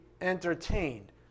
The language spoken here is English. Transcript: entertained